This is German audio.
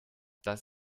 das